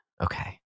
okay